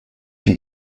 wie